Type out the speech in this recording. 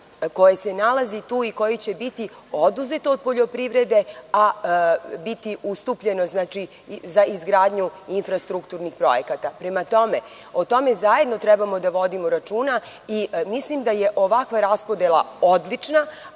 koje se nalazi tu i koje će biti oduzete od poljoprivrede, a biti ustupljeno za izgradnju infrastrukturnih projekata. Prema tome, o tome zajedno treba da vodimo računa i mislim da je ovakva raspodela odlična,